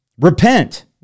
repent